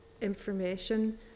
information